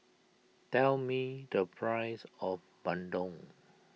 tell me the price of Bandung